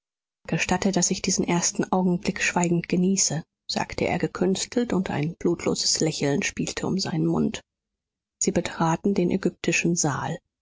gestatte daß ich diesen ersten augenblick schweigend genieße sagte er gekünstelt und ein blutloses lächeln spielte um seinen mund sie betraten den ägyptischen saal